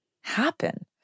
happen